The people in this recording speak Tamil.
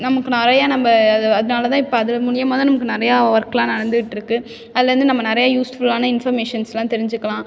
நமக்கு நெறையா நம்ப அதனால தான் இப்போ அது மூலயமா தான் நமக்கு நிறையா ஒர்க்லாம் நடந்துகிட்ருக்குது அதுலேர்ந்து நம்ம நிறைய யூஸ்ஃபுல்லான இன்ஃபர்மேஷன்ஸ்லாம் தெரிஞ்சுக்கலாம்